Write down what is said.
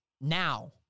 now